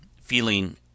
feeling